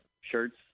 shirts